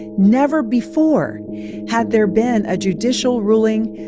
never before had there been a judicial ruling,